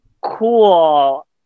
cool